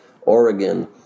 Oregon